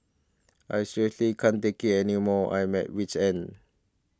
I seriously can't take it anymore I'm at wit's end